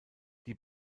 die